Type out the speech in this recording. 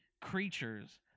creatures